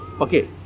Okay